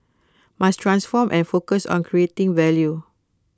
must transform and focus on creating value